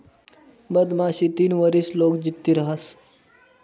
मधमाशी तीन वरीस लोग जित्ती रहास